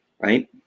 right